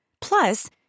Plus